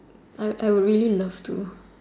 I I would really love to